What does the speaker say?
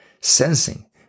sensing